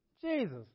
Jesus